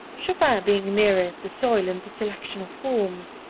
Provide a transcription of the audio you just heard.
chopin being nearer the soil in the selection of forms,